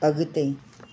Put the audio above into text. अॻिते